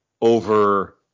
over